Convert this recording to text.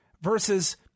versus